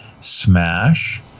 Smash